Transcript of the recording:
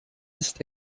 ist